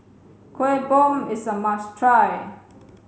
kueh bom is a must try